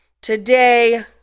Today